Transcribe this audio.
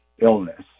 illness